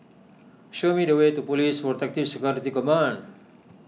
show me the way to Police Protective Security Command